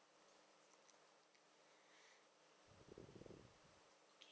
okay